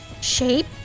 shape